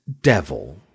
Devil